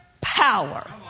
power